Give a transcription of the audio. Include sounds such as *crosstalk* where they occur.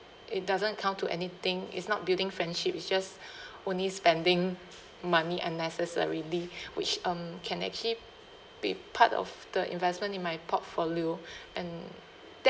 it doesn't count to anything it's not building friendship it's just *breath* only spending money unnecessarily *breath* which um can actually be part of the investment in my portfolio *breath* and that